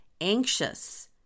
anxious